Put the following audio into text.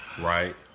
right